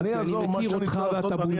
אני אעזור מה שאני יכול.